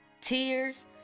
tears